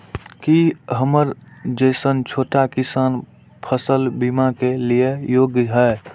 की हमर जैसन छोटा किसान फसल बीमा के लिये योग्य हय?